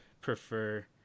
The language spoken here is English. prefer